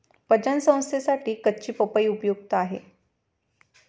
पचन संस्थेसाठी कच्ची पपई उपयुक्त आहे